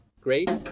great